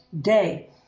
day